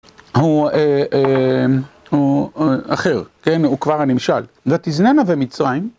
הוא אחר, כן, הוא כבר הנמשל, ותזננה ומצרים.